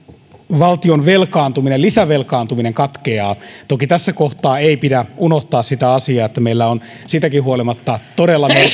valtion lisävelkaantuminen katkeaa toki tässä kohtaa ei pidä unohtaa sitä asiaa että meillä on siitäkin huolimatta todella merkittävä